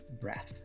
breath